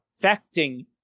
affecting